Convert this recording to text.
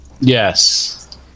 Yes